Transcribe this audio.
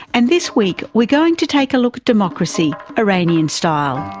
and this week we're going to take a look at democracy iranian style.